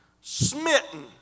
smitten